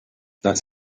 das